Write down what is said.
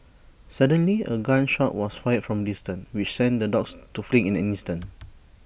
suddenly A gun shot was fired from distance which sent the dogs to flee in an instant